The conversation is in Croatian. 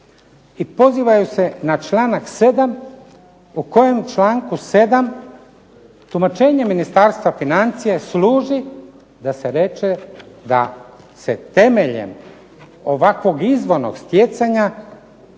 pozivaju se na članak 7. u kojem članku 7. tumačenje Ministarstva financija služi da se reče da se temeljem ovakvog izvornog stjecanja